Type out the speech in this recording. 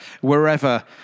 wherever